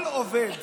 כל עובד